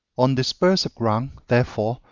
on dispersive ground, therefore,